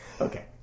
Okay